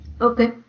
Okay